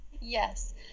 Yes